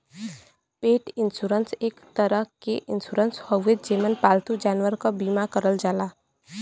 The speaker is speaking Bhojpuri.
पेट इन्शुरन्स एक तरे क इन्शुरन्स हउवे जेमन पालतू जानवरन क बीमा करल जाला